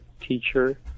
teacher